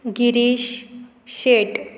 Girish Shet